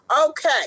okay